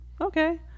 Okay